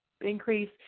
increase